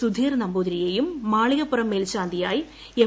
സുധീർ നമ്പൂതിരിയെയും മാളികപ്പുറം മേൽശാന്തിയായി എം